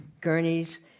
gurneys